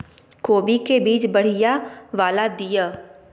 कोबी के बीज बढ़ीया वाला दिय?